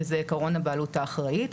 שזה עיקרון הבעלות האחראית,